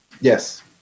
Yes